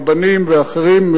רבנים ואחרים,